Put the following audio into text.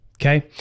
okay